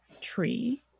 tree